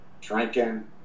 drinking